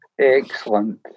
Excellent